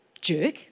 jerk